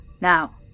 Now